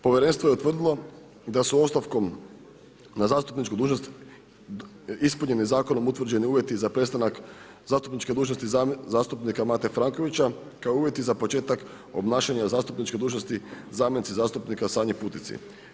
Povjerenstvo je utvrdilo da su ostavkom na zastupničku dužnost ispunjeni zakonom utvrđeni uvjeti za prestanak zastupniče dužnosti zastupnika Mate Frankovića, kao uvjeti za početak obnašanja zastupničke dužnosti zamjenici zastupnika Sanji Putici.